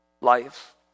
life